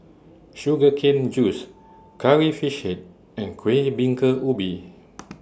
Sugar Cane Juice Curry Fish Head and Kueh Bingka Ubi